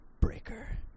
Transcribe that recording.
Breaker